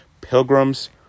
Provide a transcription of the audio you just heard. Pilgrim's